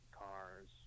cars